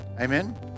Amen